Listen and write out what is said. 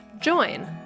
join